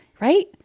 right